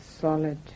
solid